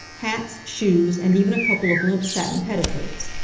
hats, shoes and even a couple of limp satin petticoats.